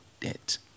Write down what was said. debt